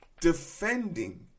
defending